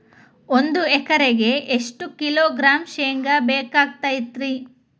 ಒಂದು ಎಕರೆಗೆ ಎಷ್ಟು ಕಿಲೋಗ್ರಾಂ ಶೇಂಗಾ ಬೇಕಾಗತೈತ್ರಿ?